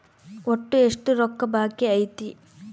ಒಟ್ಟು ಎಷ್ಟು ರೊಕ್ಕ ಬಾಕಿ ಐತಿ?